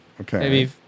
Okay